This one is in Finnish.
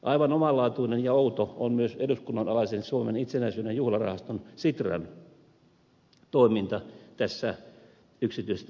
aivan omanlaatuinen ja outo on myös eduskunnan alaisen suomen itsenäisyyden juhlarahaston sitran toiminta tässä yksityistämisprosessissa